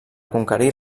conquerir